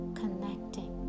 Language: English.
connecting